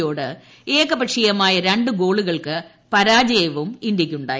യോട് ഏകപക്ഷീയമായു രണ്ടു് ഗോളുകൾക്ക് പരാജയവും ഇന്ത്യയ്ക്കുണ്ടായി